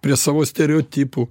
prie savo stereotipų